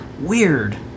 Weird